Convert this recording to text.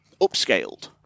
upscaled